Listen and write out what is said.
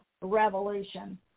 revolution